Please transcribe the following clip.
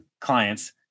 clients